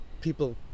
people